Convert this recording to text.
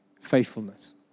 faithfulness